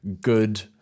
good